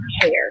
hair